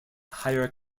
higher